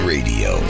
Radio